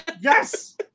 Yes